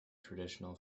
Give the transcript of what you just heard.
traditional